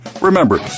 Remember